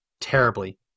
terribly